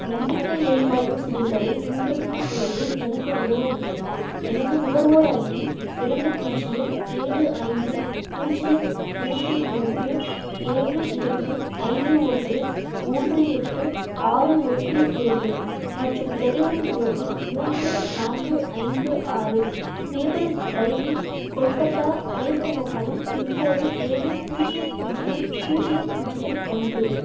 நம்பிக்கை எரிவாயு சிலிண்டரை முன்பதிவு செய்வதில் எனக்கு உதவ முடியுமா எனது நுகர்வோர் ஐடி இரண்டு பூஜ்யம் ஏழு ஐந்து பூஜ்யம் மூன்று மூன்று ஏழு இரண்டு ஐந்து ஒன்று மூன்று எட்டு ஆறு ஒன்று இரண்டு மற்றும் டெலிவரி முகவரி மூன்று நான்கு ஐந்து ஆறு மேப்பிள் ட்ரைவிங் கொல்கத்தா மேற்கு வங்காளம் பின்கோடு ஏழு பூஜ்யம் பூஜ்யம் பூஜ்யம் பூஜ்யம் ஒன்று